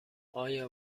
آیا